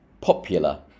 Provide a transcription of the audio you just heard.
popular